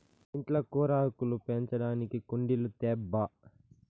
ఇంట్ల కూరాకులు పెంచడానికి కుండీలు తేబ్బా